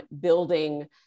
building